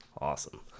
awesome